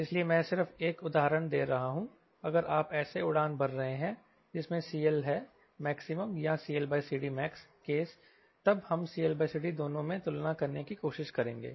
इसलिए मैं सिर्फ एक उदाहरण दे रहा हूं अगर आप ऐसे उड़ान भर रहे हैं जिसमें CL है max या CLCDmax केस तब हम CLCD दोनों में तुलना करने की कोशिश करेंगे